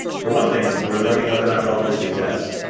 for one thing, we're learning whether or not relativistic jets,